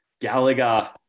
Gallagher